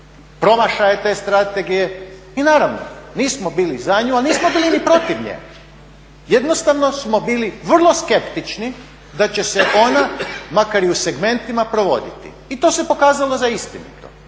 promašaje te strategije i naravno nismo bili za nju, ali nismo bili ni protiv nje. Jednostavno smo bili vrlo skeptični da će se ona, makar i u segmentima provoditi i to se pokazalo za istinito.